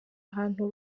ahantu